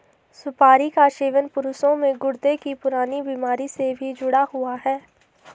सुपारी का सेवन पुरुषों में गुर्दे की पुरानी बीमारी से भी जुड़ा हुआ है